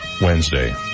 Wednesday